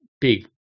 big